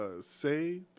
say